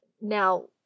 now